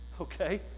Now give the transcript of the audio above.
okay